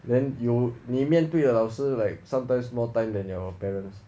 then you 你面对老师 like sometimes more time than your parents